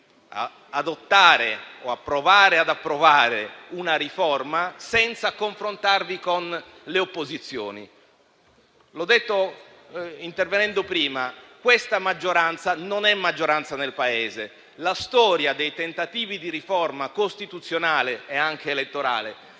a provare ad approvare una riforma senza confrontarvi con le opposizioni. L'ho detto intervenendo prima: questa maggioranza non è maggioranza nel Paese. La storia dei tentativi di riforma costituzionale e anche elettorale